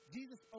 Jesus